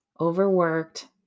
overworked